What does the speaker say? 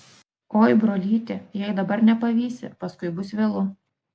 oi brolyti jei dabar nepavysi paskui bus vėlu